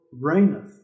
reigneth